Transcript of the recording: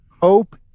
hope